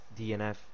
DNF